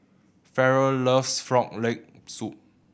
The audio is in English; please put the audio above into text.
Farrell loves Frog Leg Soup